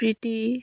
প্ৰীতি